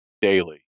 daily